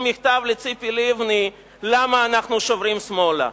מכתב לציפי לבני: למה אנחנו שוברים שמאלה?